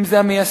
אם זה המייסדים,